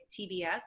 TBS